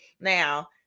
Now